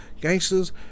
gangsters